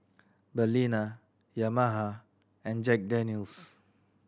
Balina Yamaha and Jack Daniel's